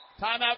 Timeout